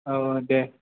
औ औ दे